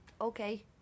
Okay